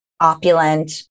opulent